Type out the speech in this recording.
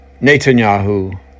Netanyahu